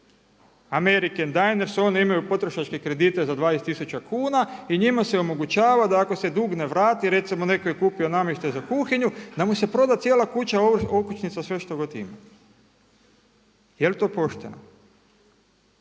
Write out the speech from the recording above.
American, Diners, one imaju potrošačke kredite za 20 tisuća kuna i njima se omogućava da ako se dug ne vrati recimo netko je kupio namještaj za kuhinju da mu se proda cijela kuća, okućnica, sve što god ima. Je li to pošteno?